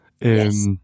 Yes